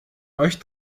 euch